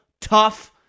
tough